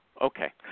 Okay